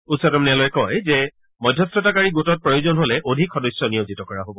উচ্চতম ন্যায়ালয়ে কয় যে মধ্যস্থতাকাৰীসকলক প্ৰয়োজন হ'লে অধিক সদস্য নিয়োজিত কৰা হ'ব